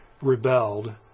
rebelled